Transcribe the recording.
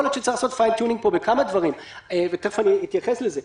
יכול להיות שצריך לעשות fine tuning בכמה דברים ואני אתייחס לזה,